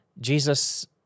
Jesus